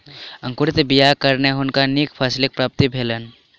अंकुरित बीयाक कारणें हुनका नीक फसीलक प्राप्ति भेलैन